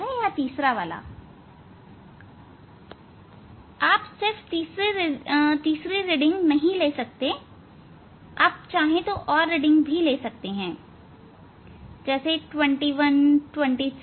यह तीसरा वाला आप सिर्फ तीसरी रीडिंग ही नहीं ले सकते आप और रीडिंग भी ले सकते हैं जैसे 212325